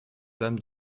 dame